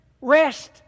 rest